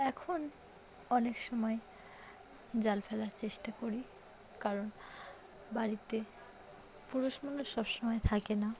এখন অনেক সময় জাল ফেলার চেষ্টা করি কারণ বাড়িতে পুরুষ মানুষ সব সময় থাকে না